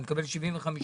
אני מקבל 75%,